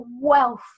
wealth